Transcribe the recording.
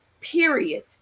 period